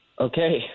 Okay